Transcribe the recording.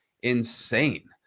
insane